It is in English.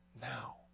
now